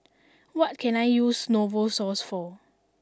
what can I use Novosource for